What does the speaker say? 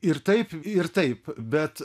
ir taip ir taip bet